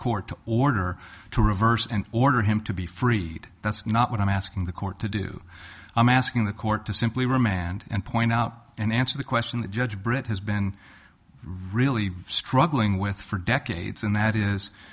court to order to reverse and order him to be freed that's not what i'm asking the court to do i'm asking the court to simply remand and point out and answer the question the judge britt has been really struggling with for decades and that is